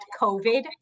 COVID